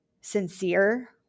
sincere